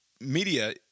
Media